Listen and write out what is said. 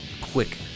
quick